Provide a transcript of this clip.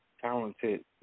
talented